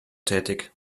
tätig